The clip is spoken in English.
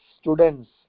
students